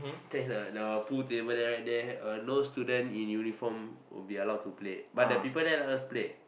then the the pool table there write there no student in uniform would be allowed to play but the people there let us play